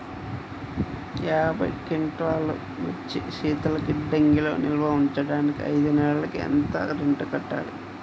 యాభై క్వింటాల్లు మిర్చి శీతల గిడ్డంగిలో నిల్వ ఉంచటానికి ఐదు నెలలకి ఎంత రెంట్ కట్టాలి?